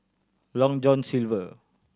Long John Silver